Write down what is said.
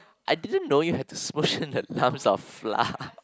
I didn't know you had to Smoosh in the lumps of flour